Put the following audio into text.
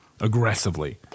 aggressively